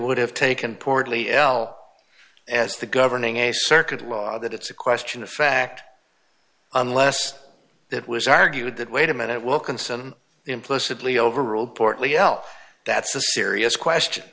would have taken portly l as the governing a circuit law that it's a question of fact unless it was argued that wait a minute wilkinson implicitly overruled portly elf that's a serious question